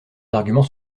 arguments